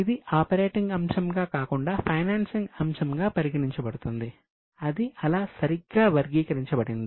ఇది ఆపరేటింగ్ అంశంగా కాకుండా ఫైనాన్సింగ్ అంశంగా పరిగణించబడుతుంది అది అలా సరిగ్గా వర్గీకరించబడింది